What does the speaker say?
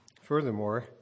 Furthermore